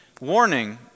warning